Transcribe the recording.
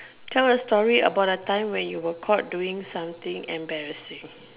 tell a story about a time when you were caught doing something embarrassing